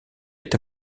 est